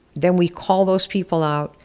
then we call those people out,